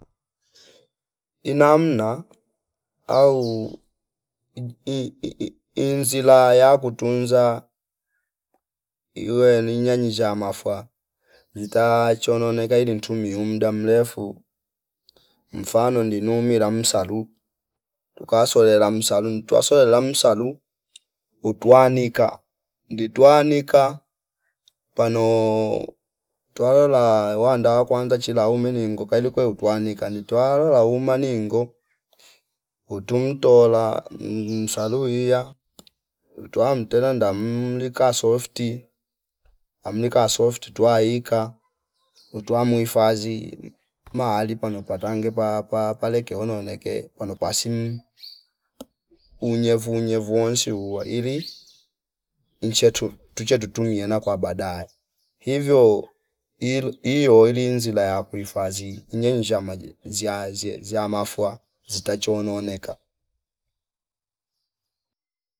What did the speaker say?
Inamna au inzila ya kutunza iweni nanyi zsha mafwa inkala chono neikaili ntu muyumda mrefu mfano ndinumira msaru tukasolela msalu mtwa solela msalu utwanika nditwa nika pano twawola wanda kwanza chila umi ningoka kwaile utwa nika nitwa lola uma ningo utu mtola mmsaluia utwa mtelanda mmlika softi amnika softi twaika utwa mwifazi mahali pano patangeka paapa paleke unoneke pano pasim unyevu unyevu wonsi uwaili inchetu tucha tutumia na kwa baadae ivo ili iyoili inzila ya kuifadhi injizshama ziya ziye ziyamafua zita chonoo neka